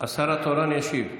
השר התורן ישיב.